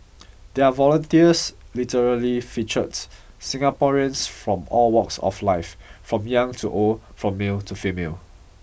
their volunteers literally featured Singaporeans from all walks of life from young to old from male to female